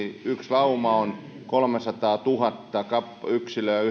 yksi lauma on kolmesataatuhatta yksilöä